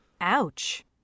Ouch